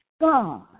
God